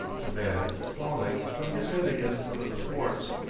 the man, falling, struck his head against one of the thwarts,